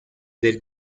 del